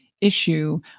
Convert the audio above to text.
issue